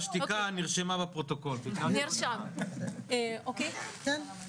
אפשר לכתוב, אוצר המדינה יעביר, במקום יועבר.